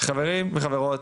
חברים וחברות,